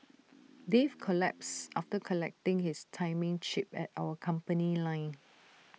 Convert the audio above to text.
Dave collapsed after collecting his timing chip at our company line